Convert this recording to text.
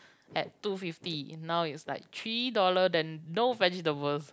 at two fifty now is like three dollar then no vegetables